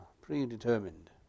predetermined